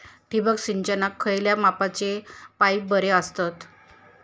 ठिबक सिंचनाक खयल्या मापाचे पाईप बरे असतत?